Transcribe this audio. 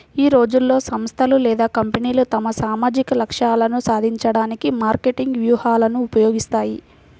ఈ రోజుల్లో, సంస్థలు లేదా కంపెనీలు తమ సామాజిక లక్ష్యాలను సాధించడానికి మార్కెటింగ్ వ్యూహాలను ఉపయోగిస్తాయి